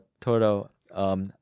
total